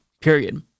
period